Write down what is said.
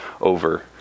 over